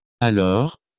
Alors